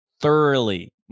thoroughly